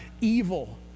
evil